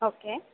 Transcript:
okay